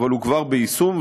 אבל הוא כבר ביישום,